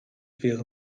wäre